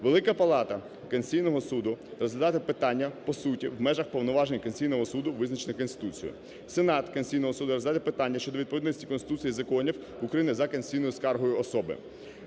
Велика палата Конституційного Суду розглядає питання по суті в межах повноважень Конституційного Суду, визначених Конституцією; Сенат Конституційного Суду розглядає питання щодо відповідності Конституції, законів України за конституційною скаргою особи;